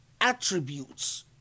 attributes